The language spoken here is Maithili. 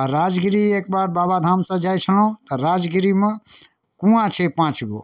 आ राजगिरि एक बार बाबाधामसँ जाइ छलहुँ तऽ राजगिरिमे कुँआ छै पाँच गो